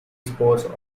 spores